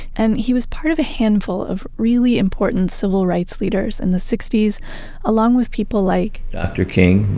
and he was part of a handful of really important civil rights leaders in the sixty s along with people like dr. king,